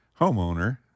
homeowner